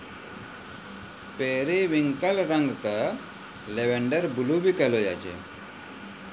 periwinkle रंग क lavender blue भी कहलो जाय छै